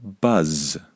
buzz